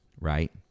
right